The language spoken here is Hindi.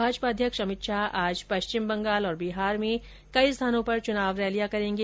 भाजपा अध्यक्ष अमित शाह आज पश्चिम बंगाल तथा बिहार में कई स्थानों पर चुनाव रैलियां करेंगे